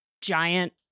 giant